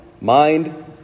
mind